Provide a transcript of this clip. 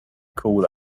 call